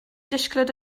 disgled